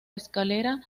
escalera